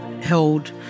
held